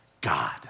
God